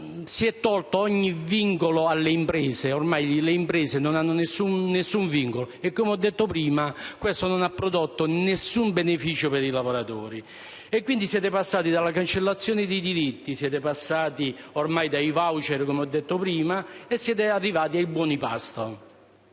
si è tolto ogni vincolo alle imprese, le quali ormai non hanno alcun vincolo; e, come ho detto prima, questo non ha prodotto alcun beneficio per i lavoratori. Quindi siete partiti dalla cancellazione dei diritti e dai *voucher* (come ho detto prima) per arrivare ai buoni pasto.